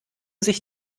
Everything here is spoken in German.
sich